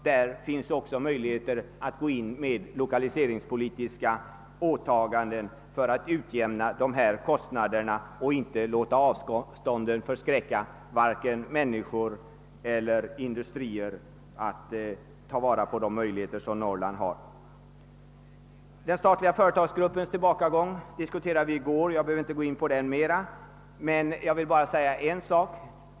Där finns också möjligheter till lokaliseringspolitiska åtaganden för att utjämna dessa kostnader och inte låta avstånden avskräcka vare sig människor eller industrier från att ta vara på de möjligheter som Norrland har att bjuda. Den statliga företagsformens tillbakagång diskuterade vi i går. Jag behöver inte gå in på det mera. Men jag vill bara säga en sak.